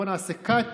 בואו נעשה קאט.